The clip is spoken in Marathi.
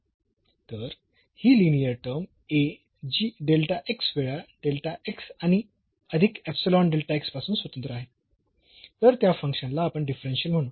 तर ही लिनीअर टर्म A जी वेळा आणि अधिक पासून स्वतंत्र आहे तर त्या फंक्शनला आपण डिफरन्शियल म्हणू